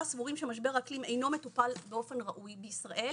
סבורים שמשבר האקלים אינו מטופל באופן ראוי בישראל.